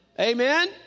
Amen